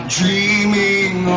Dreaming